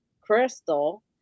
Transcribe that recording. crystal